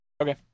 Okay